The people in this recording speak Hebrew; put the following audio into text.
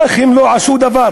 אך הם לא עשו דבר,